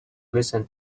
listen